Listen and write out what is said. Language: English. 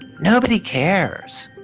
nobody cares.